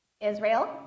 Israel